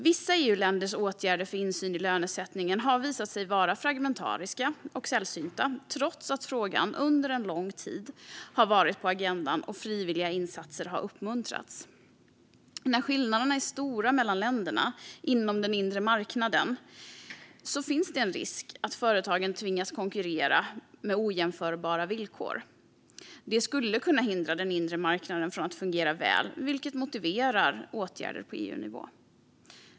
Vissa EU-länders åtgärder för insyn i lönesättningen har visat sig vara fragmentariska och sällsynta, trots att frågan under en lång tid har varit på agendan och frivilliga insatser har uppmuntrats. När skillnaderna är stora mellan länderna inom den inre marknaden finns det en risk att företagen tvingas konkurrera på ojämförbara villkor. Detta skulle kunna hindra den inre marknaden från att fungera väl, vilket motiverar åtgärder på EU-nivå.